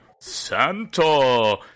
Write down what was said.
Santa